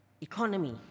economy